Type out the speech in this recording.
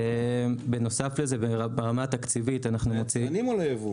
בנוסף לזה ברמה התקציבית ליצרנים או לייבוא?